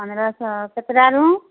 ପନ୍ଦର ଶହ କେତେଟା ରୁମ୍